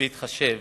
בהתחשב